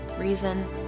reason